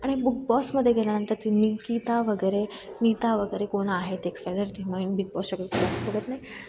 आणि बुक बॉसमध्ये गेल्यानंतर तिनं गीता वगैरे नीता वगैरे कोण आहेत एक्स फाय जर टीम बिग बॉस शक्यतो बघत नाही